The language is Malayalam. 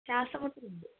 ശ്വാസം മുട്ടലുണ്ട്